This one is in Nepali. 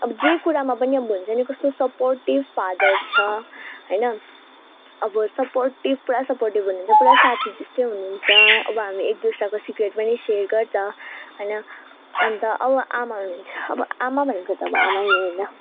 अब जे कुरामा पनि अब हुन्छ नि कस्तो सपोर्टिभ फादर छ होइन अब सपोर्टिभ पुरा सपोर्टिभ हुनुहुन्छ पुरा साथी जस्तै हुनुहुन्छ अब हामी एकादोस्राको सिक्रेट पनि सेयर गर्छ होइन अन्त अब आमा हुनुहुन्छ अब आमा भनेको त अब आमै हो होइन